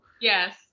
Yes